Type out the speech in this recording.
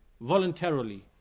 voluntarily